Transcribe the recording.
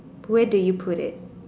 where do you put it